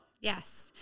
Yes